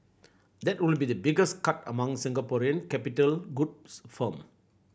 that would be the biggest cut among Singaporean capital goods firm